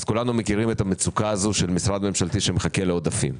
אז כולנו מכירים את המצוקה הזו של משרד ממשלתי שמחכה לעודפים.